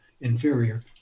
inferior